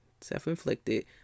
Self-inflicted